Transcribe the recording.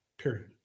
period